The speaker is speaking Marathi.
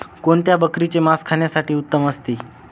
कोणत्या बकरीचे मास खाण्यासाठी उत्तम असते?